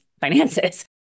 finances